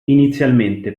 inizialmente